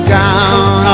down